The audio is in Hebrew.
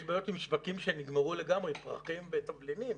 יש בעיות עם שווקים שנגמרו לגמרי כמו פרחים ותבלינים.